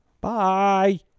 Bye